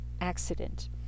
accident